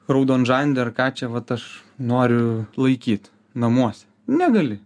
raudonžandį ar ką čia vat aš noriu laikyt namuose negali